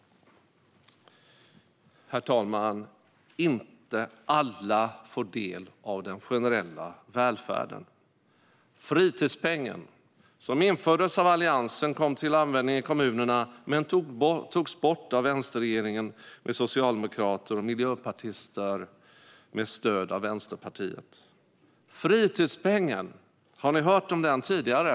Herr talman! Inte alla får del av den generella välfärden. Fritidspengen som infördes av Alliansen kom till användning i kommunerna men togs bort av vänsterregeringen med socialdemokrater och miljöpartister, med stöd av Vänsterpartiet. Har ni hört om fritidspengen tidigare?